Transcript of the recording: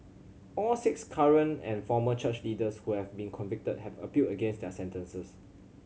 all six current and former church leaders who have been convicted have appealed against their sentences